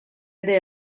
ere